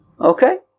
okay